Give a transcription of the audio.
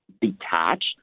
detached